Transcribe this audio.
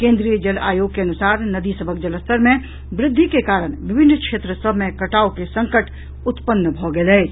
केन्द्रीय जल आयोग के अनुसार नदी सभक जलस्तर मे वृद्वि के कारण विभिन्न क्षेत्र सभ मे कटाव के संकट उत्पन्न भऽ गेल अछि